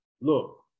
Look